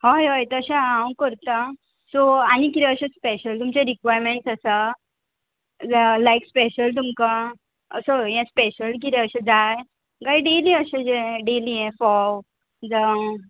हय हय तशें हांव करतां सो आनी कितें अशें स्पेशल तुमचे रिक्वायरमेंट्स आसा लायक स्पेशल तुमकां असो हें स्पेशल कितें अशें जाय काय डेली अशें जें डेली हें फोव जावं